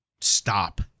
stop